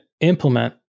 implement